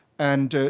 and,